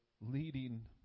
leading